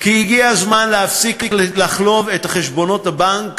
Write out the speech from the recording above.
כי הגיע הזמן להפסיק לחלוב את חשבונות הבנק